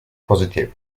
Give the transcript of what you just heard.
positive